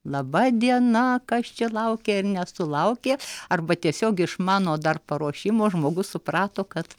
laba diena kas čia laukė ir nesulaukė arba tiesiog iš mano dar paruošimo žmogus suprato kad